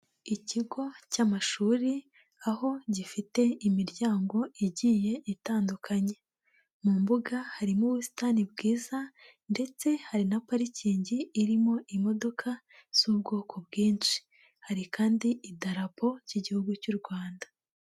Ikigo cy'amashuri aho gifite imiryango igiye itandukanye. Mu mbuga harimo ubusitani bwiza ndetse hari na parikingi irimo imodoka z'ubwoko bwinshi. Hari kandi idarapo ry'Igihugu cy'u Rwanda.